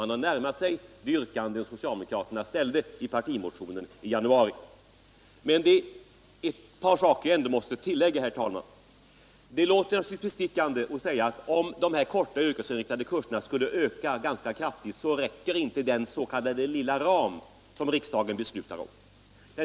Man har närmat sig de yrkanden som socialdemokraterna framställde i partimotionen i januari. Men, herr talman, ett par saker måste jag ändå tillägga. Naturligtvis låter det bestickande att säga att om de korta yrkesinriktade kurserna skulle öka kraftigt så räcker inte den s.k. lilla ram som riksdagen beslutar om.